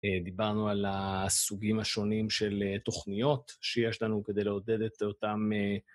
דיברנו על הסוגים השונים של תוכניות שיש לנו כדי להודד את אותן.